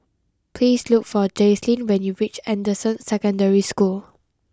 please look for Jaslene when you reach Anderson Secondary School